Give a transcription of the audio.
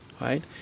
right